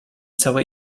całe